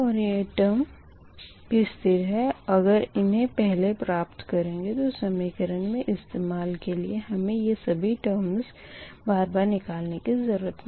और यह टर्म भी स्थिर है और अगर इन्हें पहले प्राप्त करेंगे तो समीकरण मे इस्तेमाल के लिए हमें ये सभी टर्मस बार बार निकालने की ज़रूरत नहीं